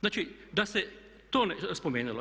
Znači, da se to spomenulo.